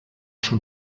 schon